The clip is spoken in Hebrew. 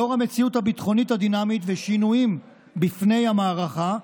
לאור המציאות הביטחונית הדינמית ושינויים בפני המערכה,